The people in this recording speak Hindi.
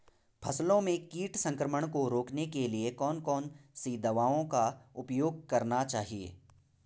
फसलों में कीट संक्रमण को रोकने के लिए कौन कौन सी दवाओं का उपयोग करना चाहिए?